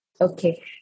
Okay